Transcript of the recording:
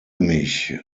mich